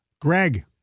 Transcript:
Greg